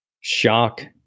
shock